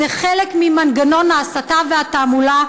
זה חלק ממנגנון ההסתה והתעמולה,